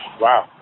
Wow